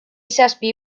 zazpi